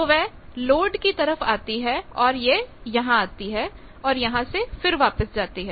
तो वह लोड की तरफ आती है और यह यहां आती है और यहां से फिर वापस जाती है